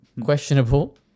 questionable